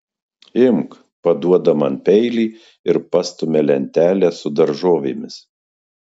imk paduoda man peilį ir pastumia lentelę su daržovėmis